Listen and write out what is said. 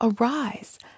Arise